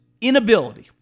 inability